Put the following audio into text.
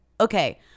okay